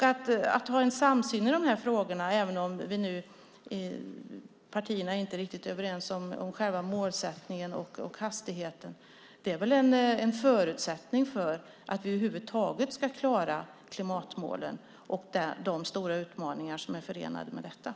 Att ha en samsyn i de här frågorna - även om vi i partierna inte är helt överens om målsättningen och hastigheten - är väl en förutsättning för att vi över huvud taget ska klara klimatmålen och de stora utmaningar som är förenade med dem.